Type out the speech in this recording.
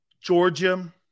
Georgia